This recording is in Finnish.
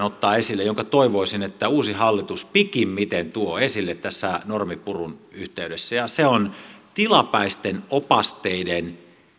ottaa esille yhden yksityiskohdan jonka toivoisin että uusi hallitus pikimmiten tuo esille tässä normipurun yhteydessä ja se on tilapäisten opasteiden